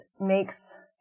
makes